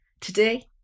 today